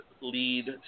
lead